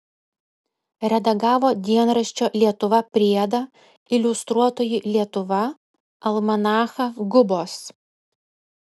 redagavo dienraščio lietuva priedą iliustruotoji lietuva almanachą gubos